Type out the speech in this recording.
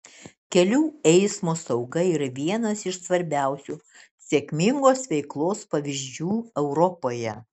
kelių eismo sauga yra vienas iš svarbiausių sėkmingos veiklos pavyzdžių europoje